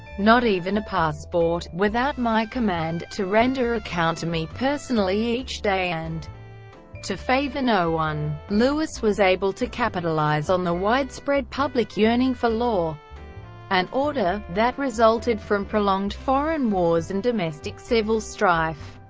not even a passport. without my command to render account to me personally each day and to favor no one. louis was able to capitalize on the widespread public yearning for law and order, that resulted from prolonged foreign wars and domestic civil strife,